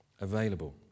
available